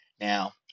Now